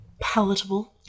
palatable